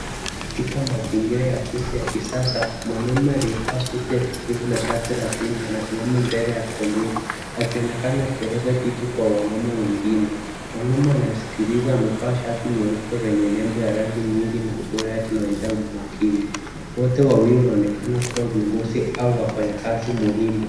Katika mazingira ya afisi ya kisasa, mwanaume aliyeva suti la kijivu na shati la pinki anasimama mbele ya computer . Akionekana akieleza kitu kwa wanaume wengine. Mwanaume anayesikiliza amevaa shati nyeupe lenye nembo ya rangi nyingi na sura yake inaonyesha umakini. Wote wawili wanaonekana kuwa viongozi au wafanyakazi muhimu.